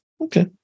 Okay